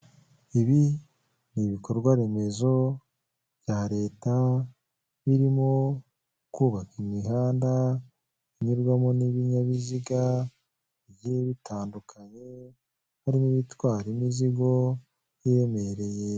Ibi n'ibikorwaremezo bya leta birimo kubaka imihanda inyurwamo n'ibinyabizigagiye bigiye bitandukanye harimo ibitwara imizigo iremereye.